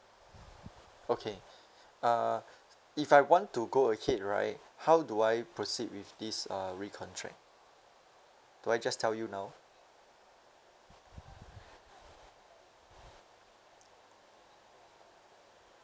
okay uh if I want to go ahead right how do I proceed with this uh recontract do I just tell you now